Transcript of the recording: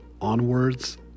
onwards